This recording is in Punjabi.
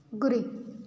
ਗੁਰੀ